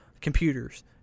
computers